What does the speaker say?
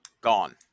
Gone